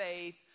faith